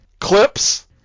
Clips